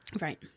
Right